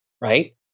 right